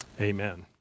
Amen